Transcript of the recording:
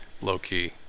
low-key